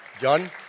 John